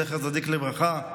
זכר צדיק לברכה,